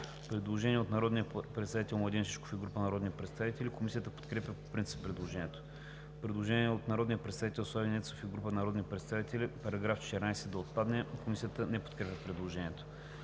Предложение от народния представител Младен Шишков и група народни представители, което е подкрепено по принцип от Комисията. Предложение от народния представител Слави Нецов и група народни представители –§ 14 да отпадне. Комисията не подкрепя предложението.